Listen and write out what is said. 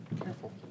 Careful